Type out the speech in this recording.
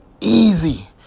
easy